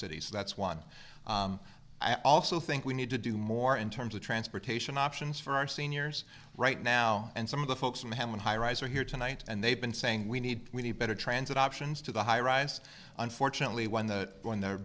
cities so that's one i also think we need to do more in terms of transportation options for our seniors right now and some of the folks from hammond highrise are here tonight and they've been saying we need we need better transit options to the highrise unfortunately when the when the